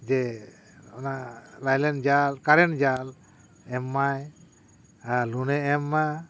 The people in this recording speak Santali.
ᱡᱮ ᱚᱱᱟ ᱞᱟᱭᱞᱮᱱ ᱡᱟᱞ ᱠᱟᱨᱮᱱ ᱡᱟᱞ ᱮᱢ ᱢᱟᱭ ᱟᱨ ᱞᱳᱱᱮ ᱮᱢ ᱢᱟ